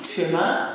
שמה?